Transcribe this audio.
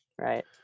right